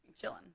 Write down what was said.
chilling